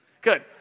Good